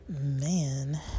man